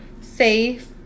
safe